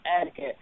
etiquette